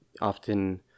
often